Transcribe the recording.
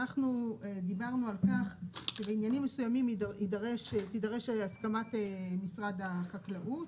אנחנו דיברנו על כך שבעניינים מסויימים תדרש הסכמת משרד החקלאות